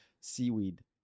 Seaweed